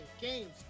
games